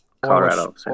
Colorado